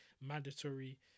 mandatory